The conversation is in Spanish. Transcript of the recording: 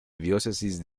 diócesis